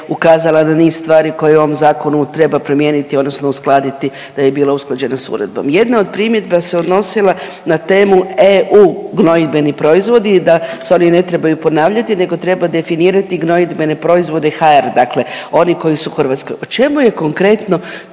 ukazala na niz stvari koje u ovom zakonu treba promijeniti, odnosno uskladiti da bi bila usklađena sa uredbom. Jedna od primjedba se odnosila na temu EU gnojidbeni proizvodi, da se oni ne trebaju ponavljati, nego treba definirati gnojidbene proizvode hr, dakle oni koji su u Hrvatskoj. O čemu je konkretno